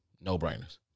no-brainers